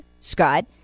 Scott